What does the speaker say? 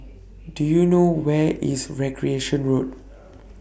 Do YOU know Where IS Recreation Road